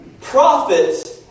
Prophets